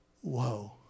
Whoa